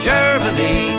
Germany